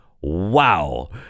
Wow